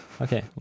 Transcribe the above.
Okay